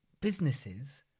businesses